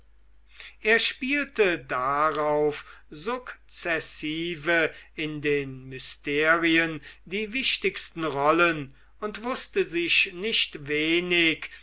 er spielte darauf sukzessive in den mysterien die wichtigsten rollen und wußte sich nicht wenig